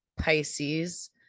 Pisces